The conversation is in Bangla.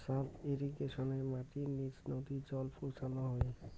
সাব ইর্রিগেশনে মাটির নিচ নদী জল পৌঁছানো হই